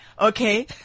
Okay